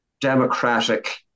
democratic